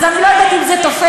אז אני לא יודעת אם זה תופס.